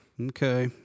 Okay